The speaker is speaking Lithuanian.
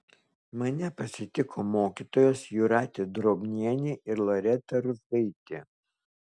mane pasitiko mokytojos jūratė drobnienė ir loreta ruzgaitė